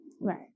Right